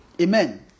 Amen